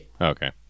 Okay